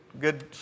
good